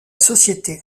société